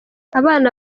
abana